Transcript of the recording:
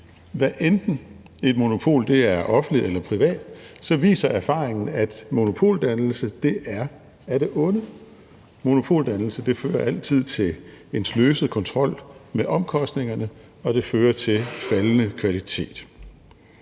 hvad enten et monopol er offentligt eller privat, viser erfaringen, at monopoldannelse er af det onde; monopoldannelse fører altid til en sløset kontrol med omkostningerne, og det fører til faldende kvalitet.